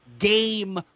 game